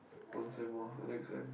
one seven one the next sem